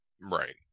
Right